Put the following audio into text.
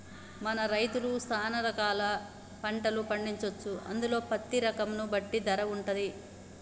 మన రైతులు సాన రకాల పంటలు పండించొచ్చు అందులో పత్తి రకం ను బట్టి ధర వుంటది